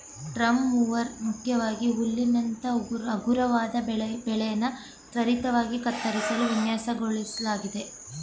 drum mower ಮುಖ್ಯವಾಗಿ ಹುಲ್ಲಿನಂತ ಹಗುರವಾದ ಬೆಳೆನ ತ್ವರಿತವಾಗಿ ಕತ್ತರಿಸಲು ವಿನ್ಯಾಸಗೊಳಿಸ್ಲಾಗಿದೆ